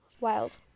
Wild